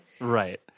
Right